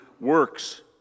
works